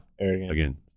Again